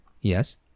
Yes